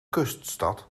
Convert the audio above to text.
kuststad